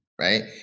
right